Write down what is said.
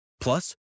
Plus